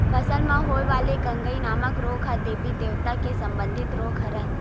फसल म होय वाले गंगई नामक रोग ह देबी देवता ले संबंधित रोग हरय